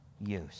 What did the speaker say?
use